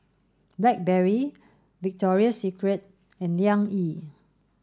Blackberry Victoria Secret and Liang Yi